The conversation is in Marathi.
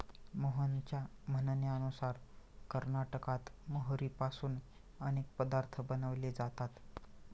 मोहनच्या म्हणण्यानुसार कर्नाटकात मोहरीपासून अनेक पदार्थ बनवले जातात